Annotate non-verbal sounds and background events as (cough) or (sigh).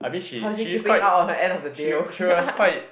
how is she keeping up on the end of the deal (laughs)